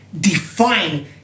define